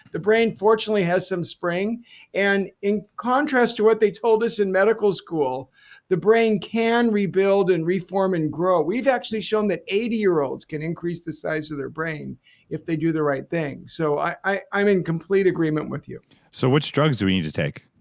the brain fortunately has some spring and in contrast to what they told us in medical school the brain can rebuild and reform and grow. we've actually shown that eighty year-olds can increase the size of their brain if they do the right thing. so i'm in complete agreement with you so which drugs do we need to take?